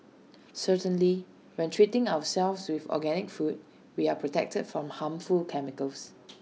certainly when treating ourselves with organic food we are protected from harmful chemicals